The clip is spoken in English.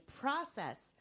process